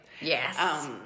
Yes